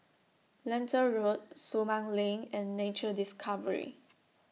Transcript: Lentor Road Sumang LINK and Nature Discovery